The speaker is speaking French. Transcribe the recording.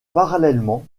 parallèlement